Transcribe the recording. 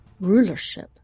rulership